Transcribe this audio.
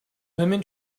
lemon